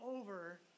over